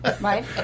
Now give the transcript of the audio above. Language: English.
Right